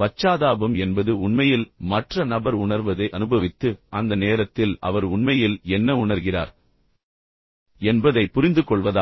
பச்சாதாபம் என்பது உண்மையில் மற்ற நபர் உணர்வதை அனுபவித்து அந்த நேரத்தில் அவர் உண்மையில் என்ன உணர்கிறார் என்பதைப் புரிந்துகொள்வதாகும்